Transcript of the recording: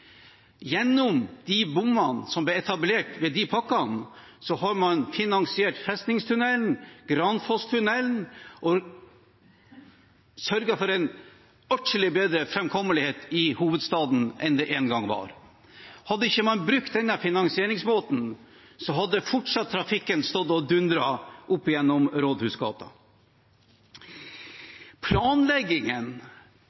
Gjennom bommene som ble etablert med de pakkene, har man finansiert Festningstunnelen og Granfosstunnelen og sørget for en atskillig bedre framkommelighet i hovedstaden enn det en gang var. Hadde man ikke brukt den finansieringsmåten, hadde fortsatt trafikken stått og dundret opp gjennom Rådhusgata.